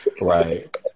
right